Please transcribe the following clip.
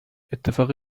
اتفاق